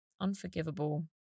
unforgivable